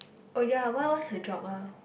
oh ya what what's her job !wah!